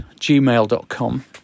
gmail.com